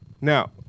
Now